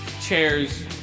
chairs